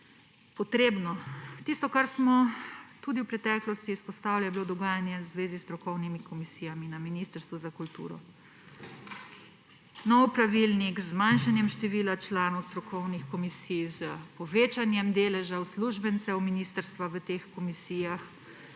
potrebno. Tisto, kar smo tudi v preteklosti izpostavili, je bilo dogajanje v zvezi s strokovnimi komisijami na Ministrstvu za kulturo. Nov pravilnik z zmanjšanjem števila članov strokovnih komisij, s povečanjem deležev uslužbencev ministrstva v teh komisijah,